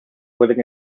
pueden